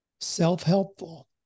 Self-helpful